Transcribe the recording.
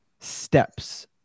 steps